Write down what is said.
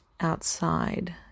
outside